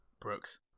Brooks